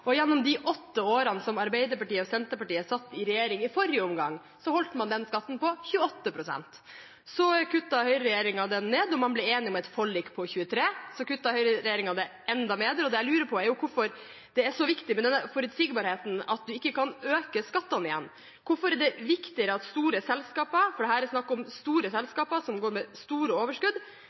Gjennom de åtte årene som Arbeiderpartiet og Senterpartiet satt i regjering i forrige omgang, holdt man den skatten på 28 pst. Så kuttet høyreregjeringen den ned, og man ble enige om et forlik på 23 pst. Så kuttet høyreregjeringen den enda mer. Det jeg lurer på, er hvorfor det er så viktig med denne forutsigbarheten at man ikke kan øke skattene igjen. Hvorfor er det viktigere at store selskaper – for dette er snakk om store selskaper som går med store overskudd